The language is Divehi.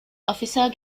އޮފިސަރ